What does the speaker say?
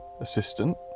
assistant